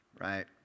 Right